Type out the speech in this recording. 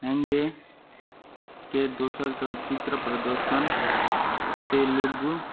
के दोसर चलचित्र प्रदर्शन तेलगु